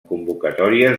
convocatòries